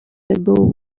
ago